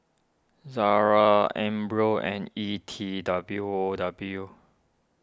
Zara Ambros and E T W O W